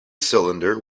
cylinder